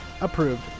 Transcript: approved